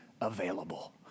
available